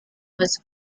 was